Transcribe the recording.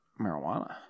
Marijuana